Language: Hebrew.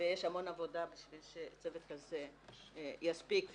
ויש המון עבודה בשביל שצוות כזה יספיק המון.